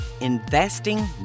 investing